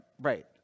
Right